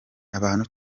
abantu